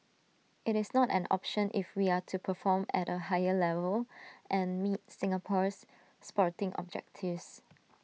IT is not an option if we are to perform at A higher level and meet Singapore's sporting objectives